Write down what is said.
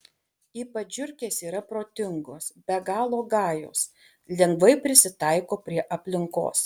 ypač žiurkės yra protingos be galo gajos lengvai prisitaiko prie aplinkos